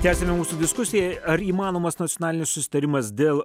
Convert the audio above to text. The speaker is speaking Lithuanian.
tęsiame mūsų diskusiją ar įmanomas nacionalinis susitarimas dėl